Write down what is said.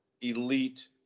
Elite